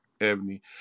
Ebony